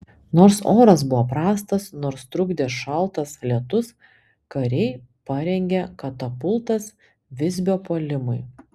nors oras buvo prastas nors trukdė šaltas lietus kariai parengė katapultas visbio puolimui